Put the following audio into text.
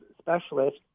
specialist